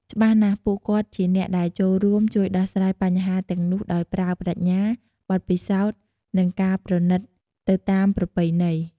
ច្បាស់ណាស់ ពួកគាត់ជាអ្នកដែលចូលរួម ជួយដោះស្រាយបញ្ហាទាំងនោះដោយប្រើប្រាជ្ញា បទពិសោធន៍ និងការប្រណិប័តន៍ទៅតាមប្រពៃណី។